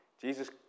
Jesus